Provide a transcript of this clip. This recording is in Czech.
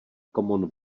common